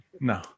No